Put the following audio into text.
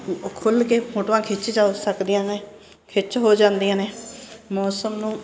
ਉਹ ਖੁੱਲ੍ਹ ਕੇ ਫੋਟੋਆਂ ਖਿੱਚ ਜਾ ਸਕਦੀਆਂ ਨੇ ਖਿੱਚ ਹੋ ਜਾਂਦੀਆਂ ਨੇ ਮੌਸਮ ਨੂੰ